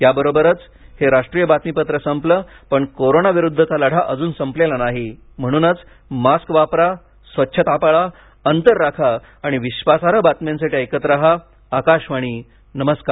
याबरोबरच हे राष्ट्रीय बातमीपत्र संपलं पण कोरोना विरुद्धचा लढा अजून संपलेला नाही म्हणूनच मास्क वापरा स्वच्छता पाळा अंतर राखा आणि विश्वासार्ह बातम्यांसाठी ऐकत रहा आकाशवाणी नमस्कार